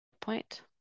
point